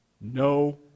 No